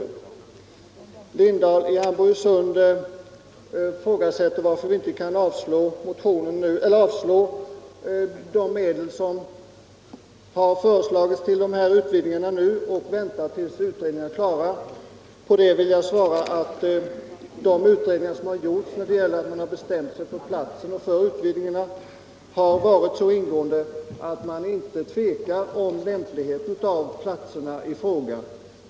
Herr Lindahl i Hamburgsund frågar varför vi inte nu kan avslå propositionens förslag om medel till utbyggnaderna och vänta tills utredningarna är klara. På det vill jag svara att de utredningar som gjorts innan man bestämt sig för platserna m.m. har varit så ingående att man inte tvekat om lämpligheten av platserna i fråga.